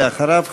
ואחריו,